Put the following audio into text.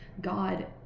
God